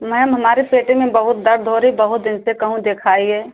ma'am हमारे पेट में बहुत दर्द हो रही बहुत दिन से कहूँ देखाइए